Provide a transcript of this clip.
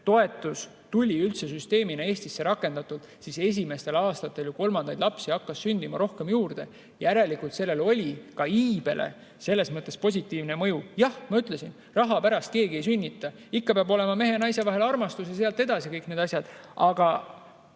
toetus üldse süsteemina Eestis rakendati, siis esimestel aastatel kolmandaid lapsi hakkas rohkem sündima. Järelikult sellel oli ka iibele positiivne mõju. Jah, ma ütlesin, et raha pärast keegi ei sünnita, ikka peab olema mehe ja naise vahel armastus ja sealt edasi kõik need asjad, aga